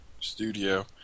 studio